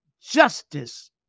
justice